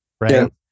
right